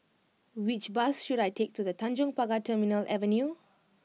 which bus should I take to The Tanjong Pagar Terminal Avenue